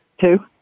Two